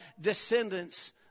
descendants